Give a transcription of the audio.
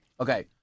Okay